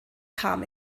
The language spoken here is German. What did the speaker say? kam